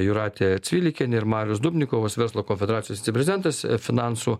jūratė cvilikienė ir marius dubnikovas verslo konfederacijos viceprezidentas finansų